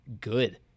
good